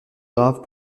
grave